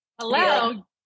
Hello